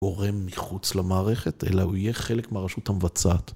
גורם מחוץ למערכת, אלא הוא יהיה חלק מהרשות המבצעת.